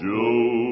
Joe